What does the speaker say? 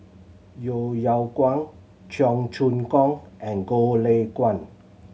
Yeo Yeow Kwang Cheong Choong Kong and Goh Lay Kuan